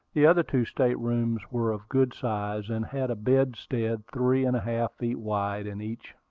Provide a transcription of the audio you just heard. the other two state-rooms were of good size, and had a bedstead three and a half feet wide in each.